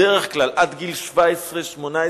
בדרך כלל עד גיל 17 18,